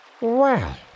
Well